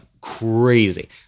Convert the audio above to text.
crazy